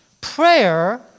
prayer